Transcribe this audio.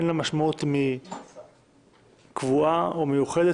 אין לה משמעות אם היא קבועה או מיוחדת,